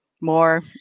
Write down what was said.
more